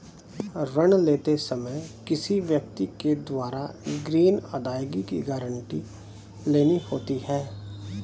ऋण लेते समय किसी व्यक्ति के द्वारा ग्रीन अदायगी की गारंटी लेनी होती है